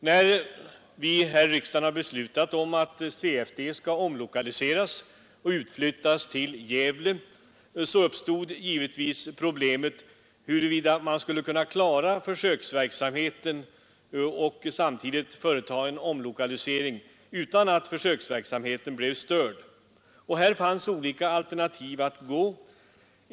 När vi här i riksdagen beslöt om att CFD skulle omlokaliseras och utflyttas till Gävle, uppstod givetvis problemet huruvida man skulle kunna företa en omlokalisering utan att försöksverksamheten blev störd. Här fanns olika alternativ.